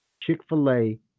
Chick-fil-A